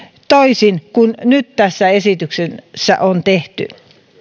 toisin kuin nyt tässä esityksessä on tehty